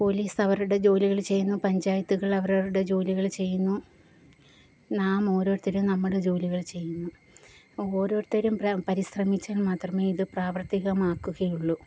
police അവരുടെ ജോലികൾ ചെയ്യുന്നു പഞ്ചായത്തുകൾ അവരവരുടെ ജോലികൾ ചെയ്യുന്നു നാം ഓരോരുത്തരും നമ്മുടെ ജോലികൾ ചെയ്യുന്നു ഓരോരുത്തരും പരിശ്രമിച്ചാൽ മാത്രമേ ഇതു പ്രാവർത്തികമാക്കുകയുള്ളു